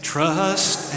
Trust